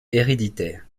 héréditaire